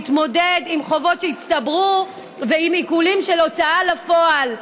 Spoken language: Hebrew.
להתמודד עם חובות שהצטברו ועם עיקולים של הוצאה לפועל.